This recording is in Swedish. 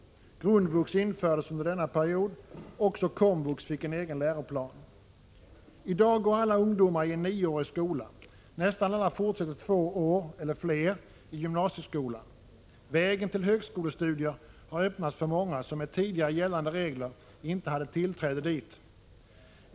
Grundvux infördes under denna period, också komvux fick en egen läroplan. I dag går alla ungdomar i en nioårig skola. Nästan alla fortsätter två år, eller fler, i gymnasieskolan. Vägen till högskolestudier har öppnats för många som med tidigare gällande regler inte hade tillträde dit.